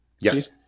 Yes